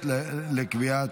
הכנסת נתקבלה.